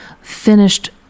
finished